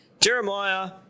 Jeremiah